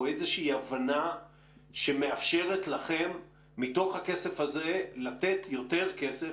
איזושהי הבנה שמאפשרת לכם מתוך הכסף הזה לתת יותר כסף